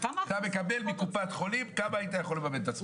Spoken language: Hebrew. אתה מקבל מקופת חולים כמה היית יכול לממן את עצמך?